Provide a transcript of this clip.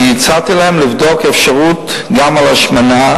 הצעתי להם לבדוק אפשרות גם לגבי השמנה,